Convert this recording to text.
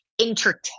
entertain